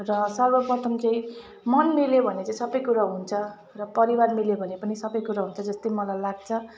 र सर्वप्रथम चाहिँ मन मिल्यो भने चाहिँ सबै कुरा हुन्छ र परिवार मिल्यो भने पनि सबै कुरो हुन्छ जस्तै मलाई लाग्छ